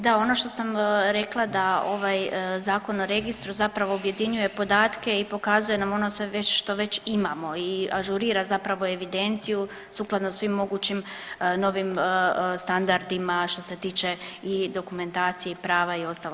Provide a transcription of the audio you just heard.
Da ono što sam rekla da ovaj Zakon o registru zapravo objedinjuje podatke i pokazuje nam sve već što već imamo i ažurira zapravo evidenciju sukladno svim mogućim novim standardima što se tiče i dokumentacije i prava i ostalo.